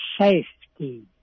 safety